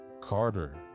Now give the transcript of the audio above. Carter